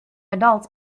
adults